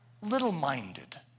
little-minded